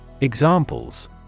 Examples